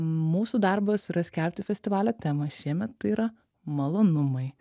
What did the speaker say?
mūsų darbas yra skelbti festivalio temą šiemet tai yra malonumai